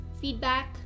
feedback